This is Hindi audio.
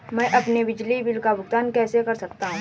मैं अपने बिजली बिल का भुगतान कैसे कर सकता हूँ?